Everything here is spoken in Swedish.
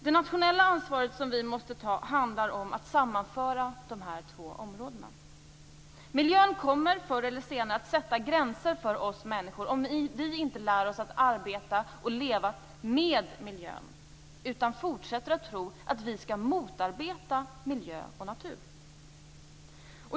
Det nationella ansvar som vi måste ta handlar om att sammanföra de här två områdena. Miljön kommer förr eller senare att sätta gränser för oss människor om vi inte lär oss att arbeta och leva med miljön, utan fortsätter att tro att vi skall motarbeta miljö och natur.